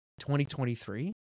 2023